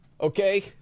okay